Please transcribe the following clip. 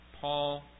Paul